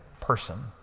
person